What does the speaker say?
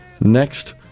next